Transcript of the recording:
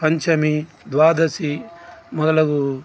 పంచమి ద్వాదశి మొదలగు